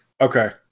Okay